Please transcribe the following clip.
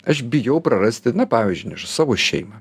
aš bijau prarasti na pavyzdžiui savo šeimą